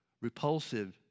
repulsive